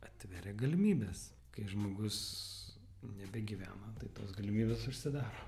atveria galimybes kai žmogus nebegyvena tai tos galimybės užsidaro